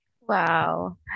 Wow